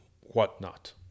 whatnot